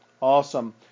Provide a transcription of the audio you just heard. Awesome